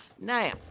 Now